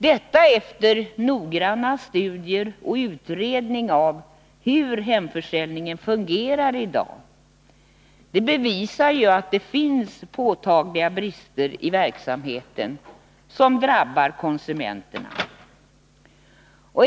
Detta efter noggranna studier och utredning av hur hemförsäljningen fungerar i dag. Det bevisar ju att det finns påtagliga brister i verksamheten som drabbar konsumenterna.